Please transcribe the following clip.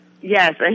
yes